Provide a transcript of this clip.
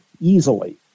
easily